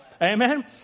amen